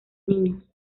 niños